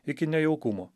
iki nejaukumo